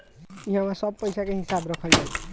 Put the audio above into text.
इहवा सब पईसा के हिसाब रखल जाला